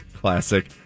classic